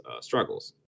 struggles